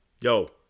Yo